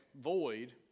void